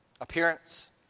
appearance